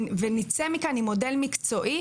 ונצא מכאן עם מודל מקצועי,